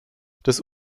das